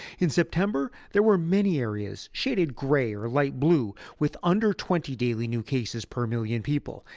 in september, there were many areas shaded gray or light blue with under twenty daily new cases per million people.